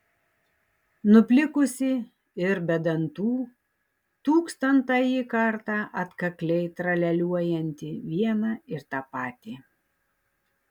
nuplikusį ir be dantų tūkstantąjį kartą atkakliai tralialiuojantį vieną ir tą patį